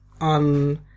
on